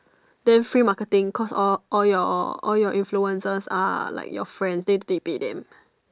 then free marketing cause all all your all your influences are like your friend then they pay them